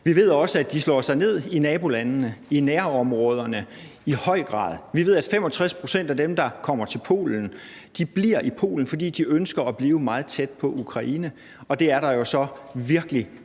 Vi ved også, at de i høj grad slår sig ned i nabolandene, i nærområderne. Vi ved, at 65 pct. af dem, der kommer til Polen, bliver i Polen, fordi de ønsker at forblive meget tæt på Ukraine, og det er der jo så virkelig mange,